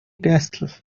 castles